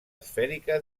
esfèrica